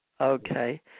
Okay